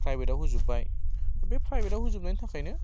private आव होजोबबाय बे प्राइभेट आव होजोबनायनि थाखायनो